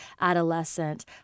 adolescent